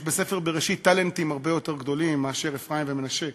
יש בספר בראשית טאלנטים הרבה יותר גדולים מאפרים ומנשה,